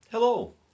Hello